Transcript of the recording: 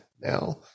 now